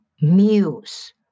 muse